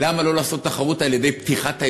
למה לא לעשות תחרות על-ידי פתיחת האזורים?